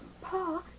Pa